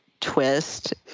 twist